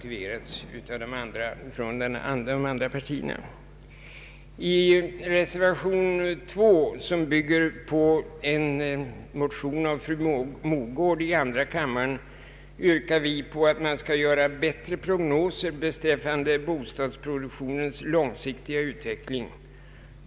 I reservation 2, som bygger på en motion av fru Mogård i andra kammaren, yrkar vi på att man skall göra bättre prognoser beträffande bostadsproduktionens långsiktiga utveckling.